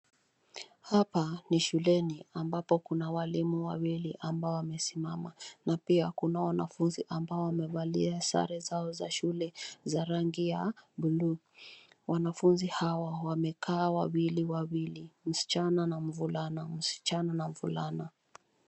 Hapa ni shuleni ambapo kuna walimu wawili ambao wamesimama na pia kuna wanafunzi ambao wamevalia sare zao za shule za rangi ya buluu, wanafunzi hawa wamekaa wawiliwawili, msichana na mvulana, msichana na mvulana.